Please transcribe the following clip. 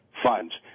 funds